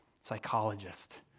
psychologist